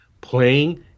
playing